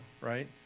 right